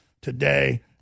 today